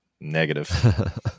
Negative